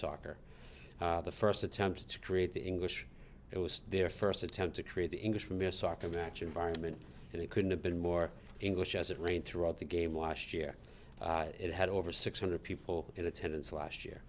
soccer the first attempt to create the english it was their first attempt to create the english premier soccer match environment and it couldn't have been more english as it rained throughout the game washed year it had over six hundred people in attendance last year